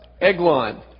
Eglon